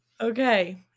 Okay